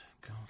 God